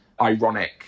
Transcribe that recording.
ironic